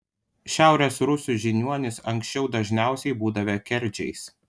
šiaurės rusų žiniuonys anksčiau dažniausiai būdavę kerdžiais